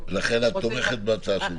לכן את תומכת בהצעה שלי?